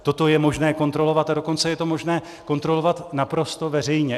Toto je možné kontrolovat, a dokonce je to možné kontrolovat naprosto veřejně.